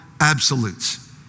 absolutes